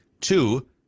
Two